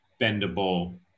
bendable